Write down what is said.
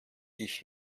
ich